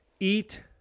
Eat